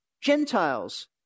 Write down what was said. Gentiles